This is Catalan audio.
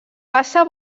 passa